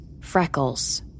Freckles